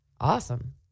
Awesome